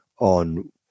on